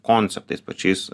konceptais pačiais